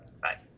Bye